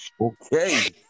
Okay